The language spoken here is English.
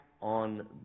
on